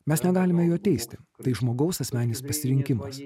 mes negalime jo teisti tai žmogaus asmeninis pasirinkimas